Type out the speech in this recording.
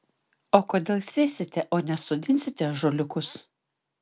o kodėl sėsite o ne sodinsite ąžuoliukus